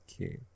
Okay